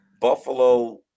Buffalo